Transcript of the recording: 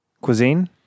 cuisine